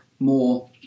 more